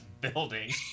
building